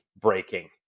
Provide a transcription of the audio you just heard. breaking